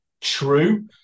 true –